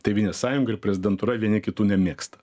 tėvynės sąjunga ir prezidentūra vieni kitų nemėgsta